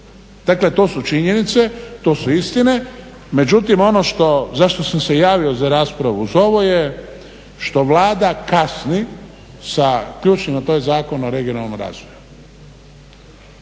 Dakle, to su činjenice, to su istine. Međutim, ono zašto sam se javio za raspravu uz ovo je što Vlada kasni sa ključnim, a to je Zakon o regionalnom razvoju.